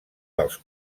dels